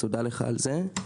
תודה לך על זה.